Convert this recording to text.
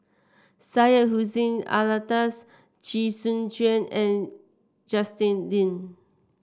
Syed Hussein Alatas Chee Soon Juan and Justin Lean